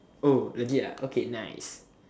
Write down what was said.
oh legit ah okay nice